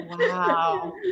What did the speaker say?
wow